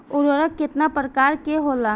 उर्वरक केतना प्रकार के होला?